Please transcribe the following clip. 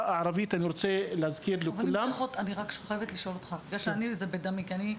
אני רוצה לשאול אותך, כי זה בדמי.